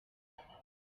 hose